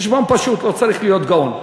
חשבון פשוט, לא צריך להיות גאון.